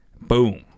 Boom